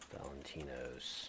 Valentino's